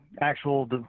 actual